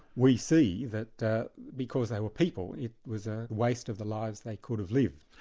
we see that that because they were people, it was a waste of the lives they could have lived.